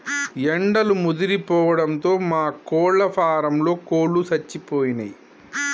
ఎండలు ముదిరిపోవడంతో మా కోళ్ళ ఫారంలో కోళ్ళు సచ్చిపోయినయ్